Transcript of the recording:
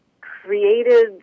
created